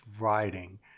writing